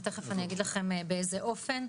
ותיכף אני אגיד לכם באיזה אופן.